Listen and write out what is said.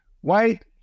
white